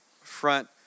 front